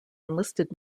enlisted